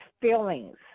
feelings